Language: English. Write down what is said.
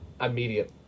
immediate